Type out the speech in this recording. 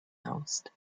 announced